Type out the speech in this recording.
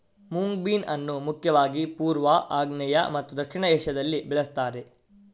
moong bean ಅನ್ನು ಮುಖ್ಯವಾಗಿ ಪೂರ್ವ, ಆಗ್ನೇಯ ಮತ್ತು ದಕ್ಷಿಣ ಏಷ್ಯಾದಲ್ಲಿ ಬೆಳೆಸ್ತಾರೆ